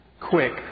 quick